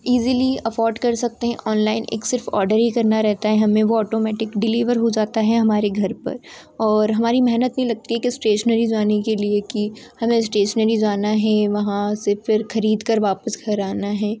easily afford कर सकते हैं ऑनलाइन एक सिर्फ औडर ही करना रहता है हमें वो औटोमेटिक डिलीवर हो जाता है हमारे घर पर और हमारी मेहनत नहीं लगती है कि इस्टेशनरी जाने के लिए की हमें इस्टेसनरी जाना है वहाँ से फिर खरीदकर वापस घर आना है